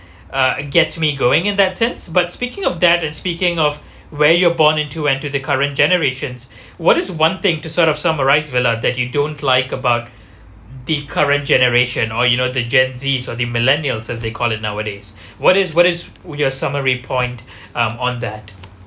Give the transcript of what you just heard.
uh get me going in that sense but speaking of that and speaking of where you're born into entered the current generations what is one thing to sort of summarised vella that you don't like about the current generation or you know the gen Z or the millennials as they call it nowadays what is what is your summary point um on that